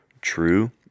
true